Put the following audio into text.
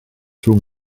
rhwng